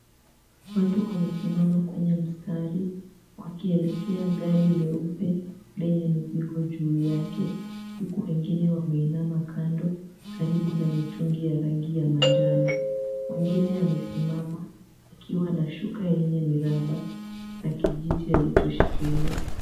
Watu wamesimama kwenye mstari wakielekea gari leupe lenye mizigo juu yake huku wengine wameinama kando karibu na mitungi ya rangi ya manjano. Mwengine amesimama akiwa na shuka yenye miraba na kijiti alichoshikilia.